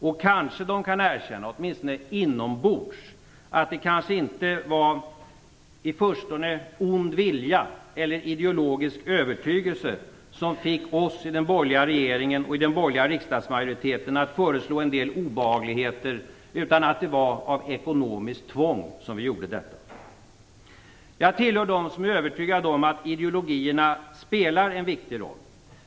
Och kanske de kan erkänna, åtminstone inombords, att det kanske inte var i förstone ond vilja eller ideologisk övertygelse som fick oss i den borgerliga regeringen och riksdagsmajoriteten att föreslå en del obehagligheter. Det var av ekonomiskt tvång som vi gjorde detta. Jag tillhör dem som är övertygad om att ideologierna spelar en viktig roll.